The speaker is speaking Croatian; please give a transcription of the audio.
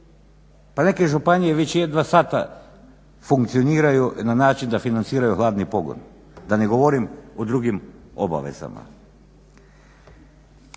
Pa neke županije već jedva sad funkcioniraju na način da financiraju hladni pogon, da ne govorim o drugim obavezama.